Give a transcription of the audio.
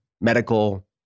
medical